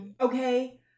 Okay